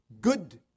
good